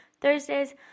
Thursdays